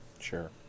sure